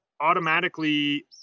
automatically